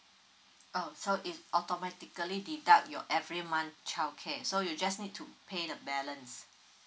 oh so it automatically deduct your every month childcare so you just need to pay the balance